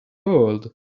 world